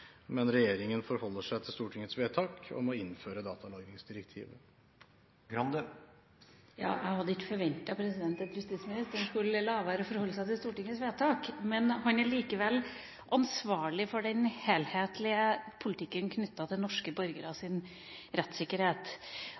Men regjeringen forholder seg til Stortingets vedtak om å innføre datalagringsdirektivet. Jeg hadde ikke forventet at justisministeren skulle la være å forholde seg til Stortingets vedtak. Han er likevel ansvarlig for den helhetlige politikken som gjelder norske borgeres rettssikkerhet.